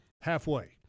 halfway